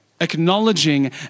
acknowledging